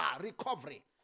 Recovery